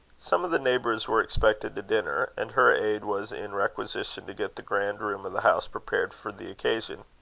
some of the neighbours were expected to dinner, and her aid was in requisition to get the grand room of the house prepared for the occasion.